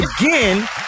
Again